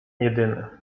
jedyny